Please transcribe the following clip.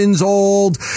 Old